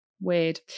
Weird